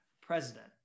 president